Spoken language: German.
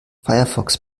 firefox